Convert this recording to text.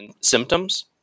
symptoms